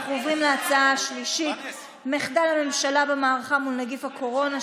ואנחנו עוברים להצעה השלישית: מחדל הממשלה במערכה מול נגיף הקורונה,